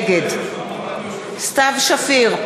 נגד סתיו שפיר,